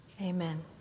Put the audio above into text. Amen